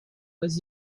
was